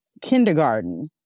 kindergarten